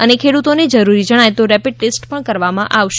અને ખેડૂતોને જરૂરી જણાય તો રેપિડ ટેસ્ટ પણ કરવામાં આવશે